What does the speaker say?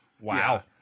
Wow